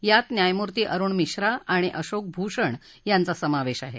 यात न्यायमूर्ती अरुण मिश्रा आणि अशोक भूषण यांचा समावेश आहे